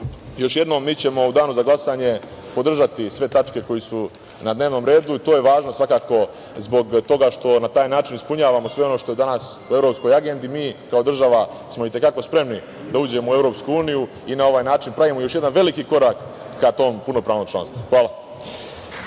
jednom, mi ćemo u danu za glasanje podržati sve tačke koje su na dnevnom redu, to je važno svakako zbog toga što na taj način ispunjavamo sve ono što danas u evropskoj agendi mi kao država smo i te kako spremni da uđemo u Evropsku uniju i na ovaj način pravimo još jedan veliki korak ka tom punopravnom članstvu. Hvala.